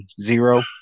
zero